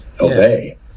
obey